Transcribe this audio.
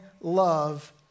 love